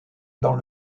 dans